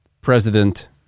President